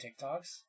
TikToks